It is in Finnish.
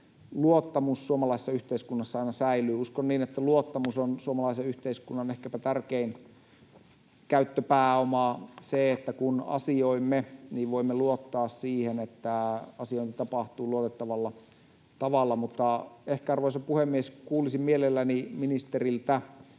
luottamus suomalaisessa yhteiskunnassa aina säilyy. Uskon niin, että luottamus on suomalaisen yhteiskunnan ehkäpä tärkein käyttöpääoma: kun asioimme, niin voimme luottaa siihen, että asiointi tapahtuu luotettavalla tavalla. Arvoisa puhemies! Ehkä kuulisin mielelläni ministeriltä